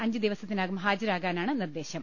അഞ്ച് ദിവസത്തിനകം ഹാജരാ കാനാണ് നിർദേശം